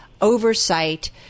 oversight